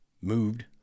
moved